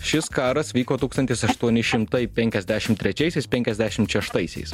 šis karas vyko tūkstantis aštuoni šimtai penkiasdešimt trečiaisiais penkiasdešimt šeštaisiais